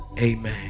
amen